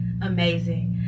amazing